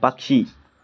പക്ഷി